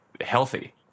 healthy